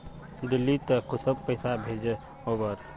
दिल्ली त कुंसम पैसा भेज ओवर?